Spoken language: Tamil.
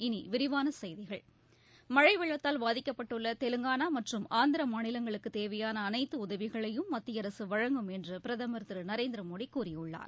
இனி விரிவான செய்திகள் மனழ வெள்ளத்தால் பாதிக்கட்பட்டுள்ள தெலங்கானா மற்றும் ஆந்திர மாநிலங்களுக்கு தேவையான அனைத்து உதவிகளையும் மத்திய அரசு வழங்கும் என்று பிரதமர் திரு நரேந்திரமோடி கூறியுள்ளார்